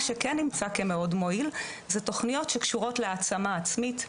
מה שכן נמצא כמאוד מועיל זה תוכניות שקשורות להעצמה עצמית,